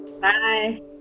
bye